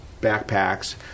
backpacks